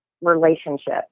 relationship